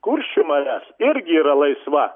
kuršių marias irgi yra laisva